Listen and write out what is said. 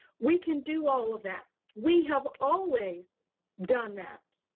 we can do all of that. we have always done that,